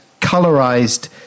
colorized